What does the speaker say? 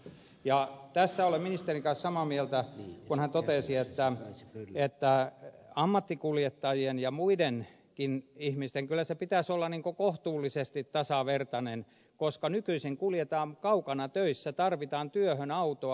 siinä olen ministerin kanssa samaa mieltä kun hän totesi että ammattikuljettajien ja muidenkin ihmisten pitäisi olla kohtuullisesti tasavertaisia koska nykyisin kuljetaan kaukana töissä tarvitaan työhön autoa